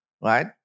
right